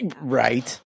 Right